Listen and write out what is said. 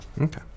Okay